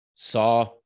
saw